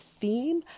theme